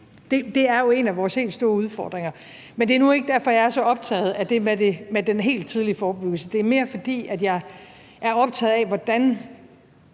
Det er jo en af vores helt store udfordringer, men det er nu ikke derfor, jeg er så optaget af det med den helt tidlige forebyggelse. Det er mere, fordi jeg er optaget af, hvordan